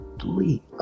three